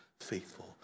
faithful